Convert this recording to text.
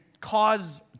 cause